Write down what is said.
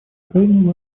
крайне